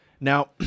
Now